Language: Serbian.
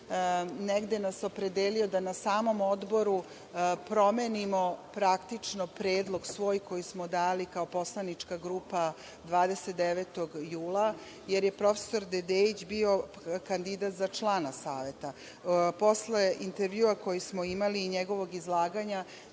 negde nas opredelio da na samom odboru promenimo praktično predlog svoj koji smo dali kao poslanička grupa 29. jula jer je prof. Dedeić bio kandidat za člana Saveta. Posle intervjua koji smo imali i njegovog izlaganja,